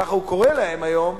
ככה הוא קורא להם היום,